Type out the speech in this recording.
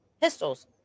pistols